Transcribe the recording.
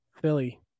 Philly